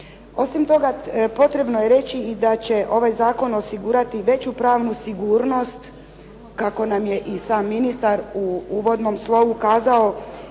Osim toga potrebno je reći da će ovaj zakon osigurati i veću pravnu sigurnost kako nam je i sam ministar u uvodnom slovu kazao